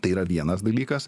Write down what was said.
tai yra vienas dalykas